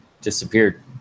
disappeared